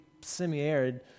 semi-arid